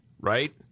right